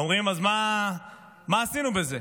ואומרים: אז מה עשינו בזה?